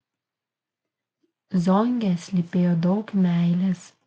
zonge slypėjo daug meilės